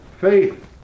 faith